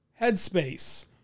Headspace